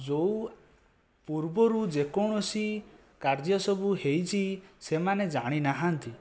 ଯେଉଁ ପୂର୍ବରୁ ଯେକୌଣସି କାର୍ଯ୍ୟ ସବୁ ହୋଇଛି ସେମାନେ ଜାଣି ନାହାନ୍ତି